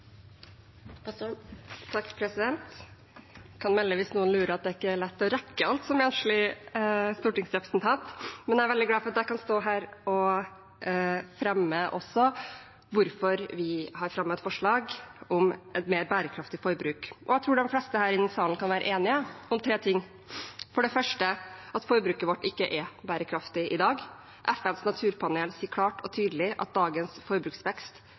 kan melde, hvis noen lurer, at det er ikke lett å rekke alt som enslig stortingsrepresentant, men jeg er veldig glad for at jeg kan stå her og også fortelle hvorfor vi har fremmet forslag om et mer bærekraftig forbruk. Jeg tror de fleste her i salen kan være enige om tre ting: For det første er ikke forbruket vårt bærekraftig i dag. FNs naturpanel sier klart og tydelig at dagens forbruksvekst